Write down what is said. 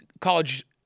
college